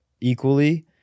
equally